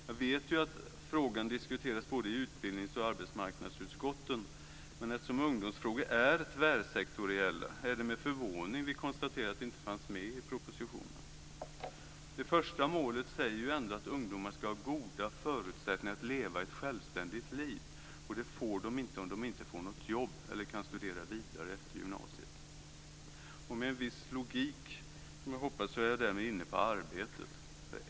Jag vet ju att frågan diskuteras både i utbildningsutskottet och i arbetsmarknadsutskottet, men eftersom ungdomsfrågor är tvärsektoriella är det med förvåning som vi konstaterar att lärlingsfrågan inte fanns med i propositionen. Det första målet innebär ju ändå att ungdomar ska ha goda förutsättningar att leva ett självständigt liv, och det får de inte om de inte får något jobb eller inte kan studera vidare efter gymnasiet. Som jag hoppas med en viss logik är jag därmed inne på arbetet.